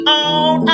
on